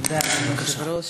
אדוני היושב-ראש,